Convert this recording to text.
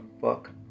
fuck